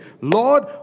Lord